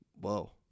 Whoa